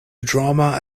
drama